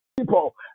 people